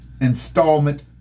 installment